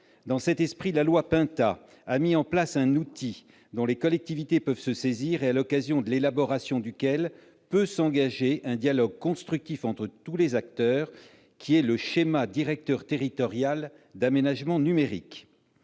Dans cet esprit, la loi Pintat a mis en place un outil, dont les collectivités peuvent se saisir et à l'occasion de l'élaboration duquel peut s'engager un dialogue constructif entre tous les acteurs : il s'agit du schéma directeur territorial d'aménagement numérique.